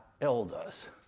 elders